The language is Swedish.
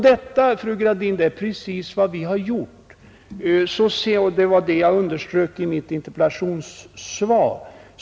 Detta, fru Gradin, är precis vad vi har gjort, och det var det jag underströk i mitt interpellationssvar.